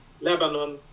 lebanon